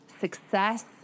success